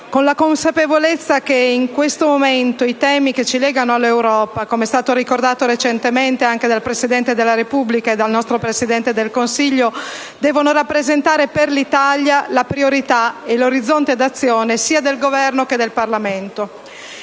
con la consapevolezza che in questo momento i temi che ci legano all'Europa, come è stato ricordato recentemente anche dal Presidente della Repubblica e dal nostro Presidente del Consiglio, devono rappresentare per l'Italia la priorità e l'orizzonte di azione sia del Governo che del Parlamento.